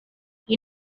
you